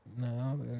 No